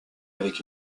avec